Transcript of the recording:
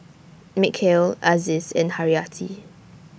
Mikhail Aziz and Haryati